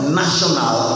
national